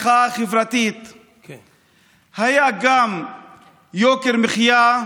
היה גם יוקר מחיה,